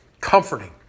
comforting